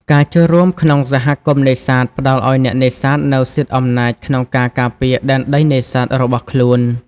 ការចូលរួមក្នុង សហគមន៍នេសាទ ផ្តល់ឱ្យអ្នកនេសាទនូវសិទ្ធិអំណាចក្នុងការការពារដែនដីនេសាទរបស់ខ្លួន។